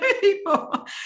people